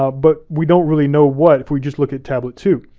ah but we don't really know what, if we just look at tablet two,